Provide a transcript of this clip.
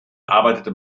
arbeitete